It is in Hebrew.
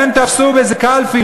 הם תפסו איזו קלפי,